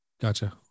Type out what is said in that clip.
Gotcha